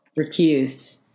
Recused